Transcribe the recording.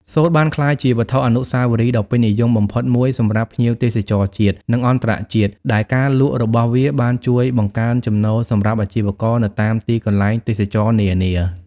សូត្របានក្លាយជាវត្ថុអនុស្សាវរីយ៍ដ៏ពេញនិយមបំផុតមួយសម្រាប់ភ្ញៀវទេសចរណ៍ជាតិ និងអន្តរជាតិ ដែលការលក់របស់វាបានជួយបង្កើនចំណូលសម្រាប់អាជីវករនៅតាមទីកន្លែងទេសចរណ៍នានា។